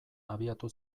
abiatu